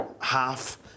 half